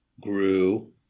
grew